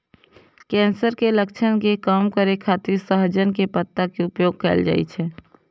cancer के लक्षण के कम करै खातिर सहजन के पत्ता के उपयोग कैल जाइ छै